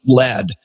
led